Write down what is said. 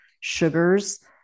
sugars